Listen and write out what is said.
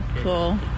Cool